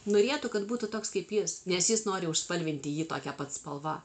norėtų kad būtų toks kaip jis nes jis nori užspalvinti jį tokia pat spalva